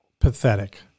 Pathetic